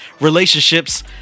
relationships